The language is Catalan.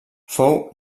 fou